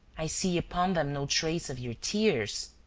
i see upon them no trace of your tears.